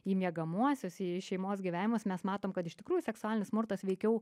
į miegamuosiuos į šeimos gyvenimus mes matom kad iš tikrųjų seksualinis smurtas veikiau